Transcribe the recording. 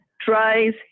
tries